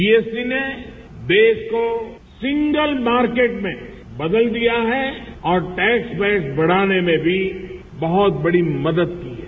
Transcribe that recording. GST ने देश को सिंगल मार्केट में बदल दिया है और टैक्स वेत्थ बढ़ाने में भी बहत बड़ी मदद की है